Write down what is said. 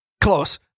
close